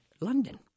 London